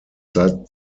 seit